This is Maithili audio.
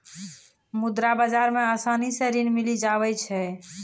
मुद्रा बाजार मे आसानी से ऋण मिली जावै छै